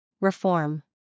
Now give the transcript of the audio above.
Reform